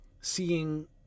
seeing